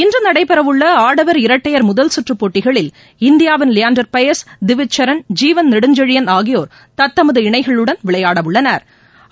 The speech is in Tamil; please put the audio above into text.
இன்று நடைபெறவுள்ள ஆடவர் இரட்டையர் முதல்குற்று போட்டிகளில் இந்தியாவின் லியாண்டர் பயஸ் திவிஜ் சரண் ஜீவன் நெடுஞ்செழியன் ஆகியோா் தத்தமது இணைகளுடன் விளையாடவுள்ளனா்